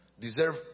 deserve